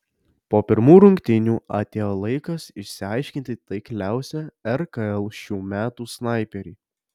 po pirmų rungtynių atėjo laikas išsiaiškinti taikliausią rkl šių metų snaiperį